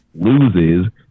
loses